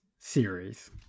Series